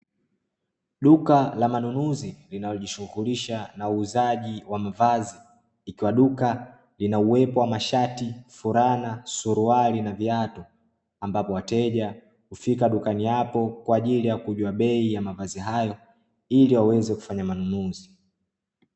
Duka la manunuzi, linalojishughulisha na uuzaji wa mavazi, ikiwa duka lina uwepo wa mashati, fulana, suruali na viatu, ambapo wateja hufika dukani hapo kwa ajili ya kujua bei ya mavazi hayo ili waweze kufanya manunuzi.